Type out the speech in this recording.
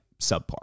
subpar